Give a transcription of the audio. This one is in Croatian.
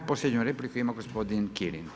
I posljednju repliku ima gospodin Kirin.